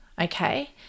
okay